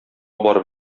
барып